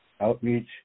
outreach